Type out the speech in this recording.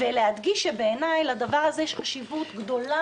ולהדגיש שבעיניי יש לדבר הזה חשיבות גדולה